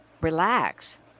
relax